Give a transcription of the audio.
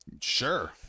Sure